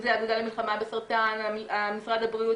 אם זה האגודה למלחמה בסרטן, משרד הבריאות,